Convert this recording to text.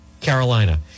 Carolina